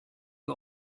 you